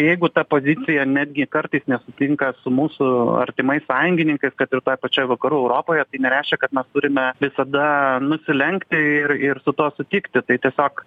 jeigu ta pozicija netgi kartais nesutinka su mūsų artimais sąjungininkais kad ir toj pačioj vakarų europoje tai nereiškia kad mes turime visada nusilenkti ir ir su tuo sutikti tai tiesiog